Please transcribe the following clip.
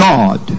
God